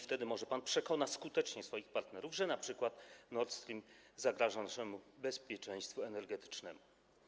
Wtedy może przekona pan swoich partnerów, że np. Nord Stream zagraża naszemu bezpieczeństwu energetycznemu.